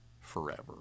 forever